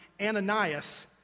Ananias